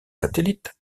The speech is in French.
satellites